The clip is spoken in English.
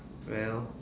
well